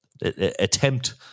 attempt